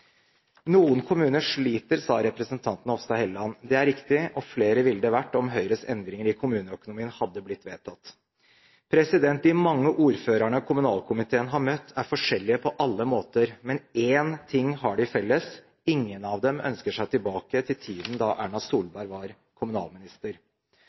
Noen kommuner sliter, sa representanten Hofstad Helleland. Det er riktig, og flere ville det vært om Høyres endringer i kommuneøkonomien hadde blitt vedtatt. De mange ordførerne kommunalkomiteen har møtt, er forskjellige på alle måter, men én ting har de felles: Ingen av dem ønsker seg tilbake til tiden da Erna